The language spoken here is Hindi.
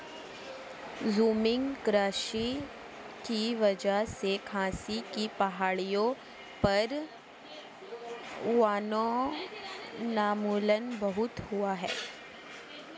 झूमिंग कृषि की वजह से खासी की पहाड़ियों पर वनोन्मूलन बहुत हुआ है